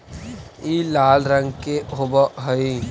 ई लाल रंग के होब हई